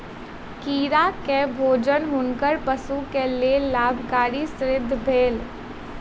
कीड़ा के भोजन हुनकर पशु के लेल लाभकारी सिद्ध भेल